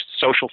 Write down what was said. social